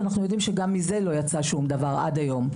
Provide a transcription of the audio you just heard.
ואנחנו יודעים שגם מזה לא יצא דבר עד היום.